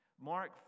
Mark